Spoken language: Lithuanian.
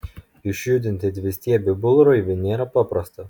išjudinti dvistiebį burlaivį nėra paprasta